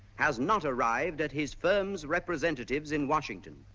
has not arrived at his firm's representatives in washington.